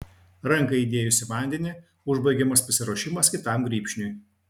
ranką įdėjus į vandenį užbaigiamas pasiruošimas kitam grybšniui